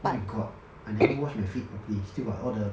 oh my god I never wash my feet properly still got all the